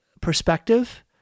perspective